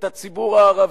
את הציבור הערבי.